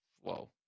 Whoa